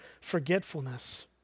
forgetfulness